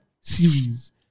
series